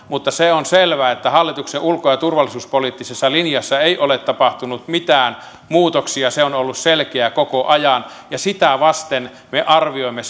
mutta se on selvää että hallituksen ulko ja turvallisuuspoliittisessa linjassa ei ole tapahtunut mitään muutoksia se on ollut selkeä koko ajan ja sitä vasten me arvioimme